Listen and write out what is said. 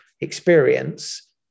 experience